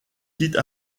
sites